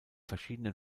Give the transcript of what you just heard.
verschiedenen